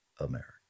America